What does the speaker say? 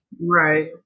Right